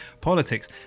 politics